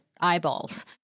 eyeballs